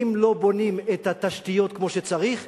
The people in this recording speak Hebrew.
ואם לא בונים את התשתיות כמו שצריך,